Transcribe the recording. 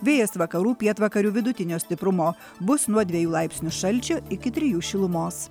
vėjas vakarų pietvakarių vidutinio stiprumo bus nuo dviejų laipsnių šalčio iki trijų šilumos